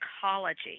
psychology